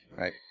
Right